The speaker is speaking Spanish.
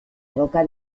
roca